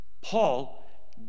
Paul